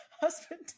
husband